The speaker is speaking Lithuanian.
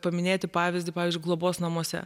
paminėti pavyzdį pavyzdžiui globos namuose